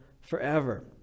forever